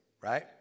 right